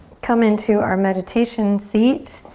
come into our meditation seat.